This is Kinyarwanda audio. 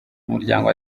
umuryango